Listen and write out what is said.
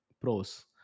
pros